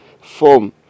form